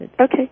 Okay